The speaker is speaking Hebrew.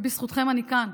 בזכותכם אני כאן.